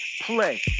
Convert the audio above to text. play